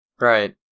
Right